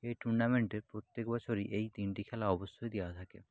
এই টুর্নামেন্টের প্রত্যেক বছরই এই তিনটি খেলা অবশ্যই দেওয়া থাকে